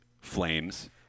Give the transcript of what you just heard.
Flames